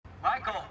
Michael